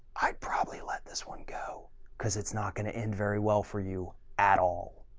i probably let this one go because it's not going to end very well for you at all.